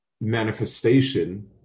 manifestation